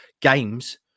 games